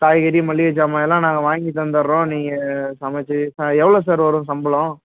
காய்கறி மளிகை ஜாமான் எல்லாம் நாங்கள் வாங்கித் தந்தடறோம் நீங்கள் சமைச்சி ஆ எவ்வளோ சார் வரும் சம்பளம்